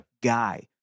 guy